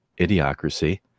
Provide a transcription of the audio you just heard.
Idiocracy